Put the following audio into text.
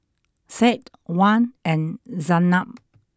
Said Wan and Zaynab